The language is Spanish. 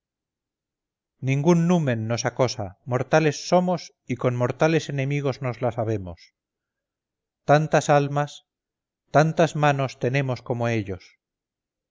ningún numen nos acosa mortales somos y con mortales enemigos nos las habemos tantas almas tantas manos tenemos como ellos